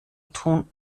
tun